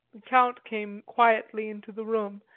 the count came quietly into the room,